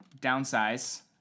downsize